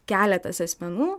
keletas asmenų